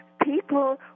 People